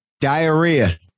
Diarrhea